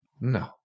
No